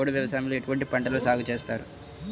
పోడు వ్యవసాయంలో ఎటువంటి పంటలను సాగుచేస్తారు?